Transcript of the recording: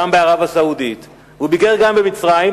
גם בערב-הסעודית והוא ביקר גם במצרים,